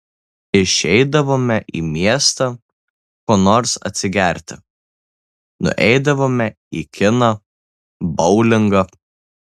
išeidavome į miestą ko nors atsigerti nueidavome į kiną boulingą